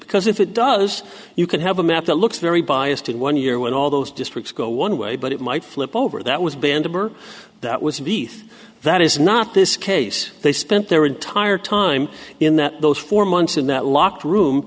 because if it does you can have a map that looks very biased in one year when all those districts go one way but it might flip over that was banned for that was beith that is not this case they spent their entire time in that those four months in that locked room